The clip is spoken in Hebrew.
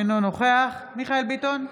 אינו נוכח מיכאל מרדכי ביטון,